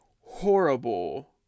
horrible